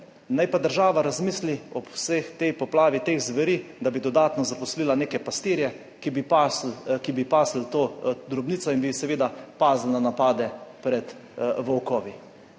naj pa država razmisli ob vsej tej poplavi teh zveri, da bi dodatno zaposlila neke pastirje, ki bi pasli to drobnico in bi seveda pazili na napade pred volkovi.